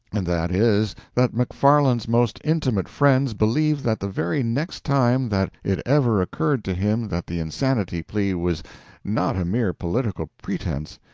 and that is, that mcfarland's most intimate friends believe that the very next time that it ever occurred to him that the insanity plea was not a mere politic pretense,